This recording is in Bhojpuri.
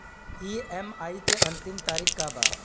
ई.एम.आई के अंतिम तारीख का बा?